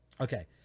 Okay